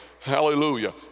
Hallelujah